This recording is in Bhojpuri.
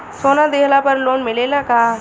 सोना दिहला पर लोन मिलेला का?